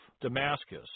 Damascus